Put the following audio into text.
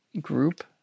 group